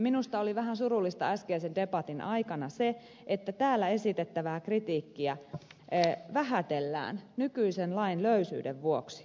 minusta oli vähän surullista äskeisen debatin aikana se että täällä esitettävää kritiikkiä vähätellään nykyisen lain löysyyden vuoksi